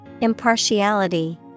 Impartiality